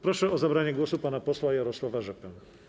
Proszę o zabranie głosu pana posła Jarosława Rzepę.